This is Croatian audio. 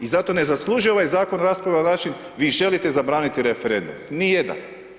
I zato ne zaslužuje ovaj zakon raspravu na način, vi želite zabraniti referendum, ni jedan.